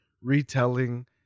retelling